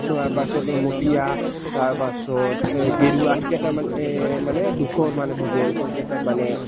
তাৰ পাছত মটীয়া তাৰ পাছত গেৰুৱা সেইকেইটা মানে দুখৰ মানে বুজায় মানে